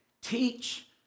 teach